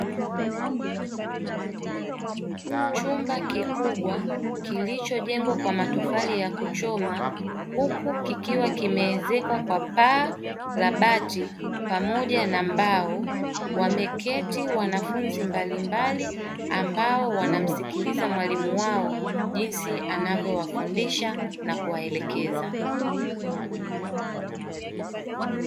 Chumba kikubwa kilicho jengwa kwa matofali ya kuchoma huku kikiwa kimeezekwa kwa paa la bati pamoja na mbao, wameketi wanafunzi mbalimbali ambao wanamsikiliza mwalimu wao jinsi anavyo wafundisha na kuwaelekza.